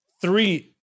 three